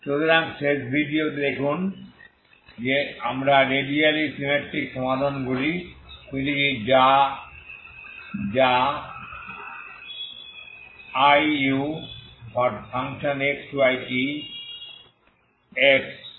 সুতরাং শেষ ভিডিওতে দেখুন আমরা রেডিয়ালি সিমেট্রিক সমাধানগুলি খুঁজছি যা i uxytx y